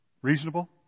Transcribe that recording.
Reasonable